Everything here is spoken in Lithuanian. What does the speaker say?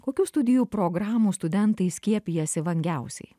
kokių studijų programų studentai skiepijasi vangiausiai